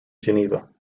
geneva